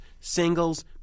singles